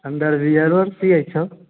अंडरबियरो ने सियै छौ